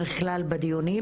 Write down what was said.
שהם עושים את זה לא בכוונה.